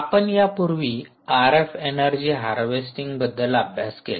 आपण यापूर्वी R F energy harvesting बद्दल अभ्यास केला